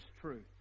truth